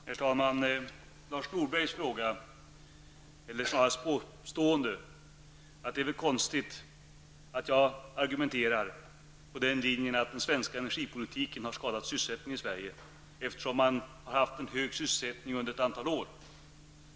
Herr talman! När det gäller Lars Norbergs fråga eller snarare påstående att det är konstigt att jag säger att den svenska energipolitiken har skadat sysselsättningen i Sverige, när vi har haft en hög sysselsättning under ett antal år.